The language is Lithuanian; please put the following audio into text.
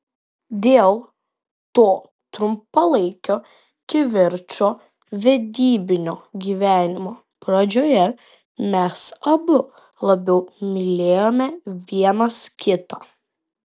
dėl to trumpalaikio kivirčo vedybinio gyvenimo pradžioje mes abu labiau mylėjome vienas kitą